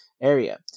area